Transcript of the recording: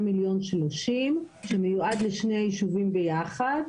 מיליון שלושים שמיועד לשני הישובים ביחד,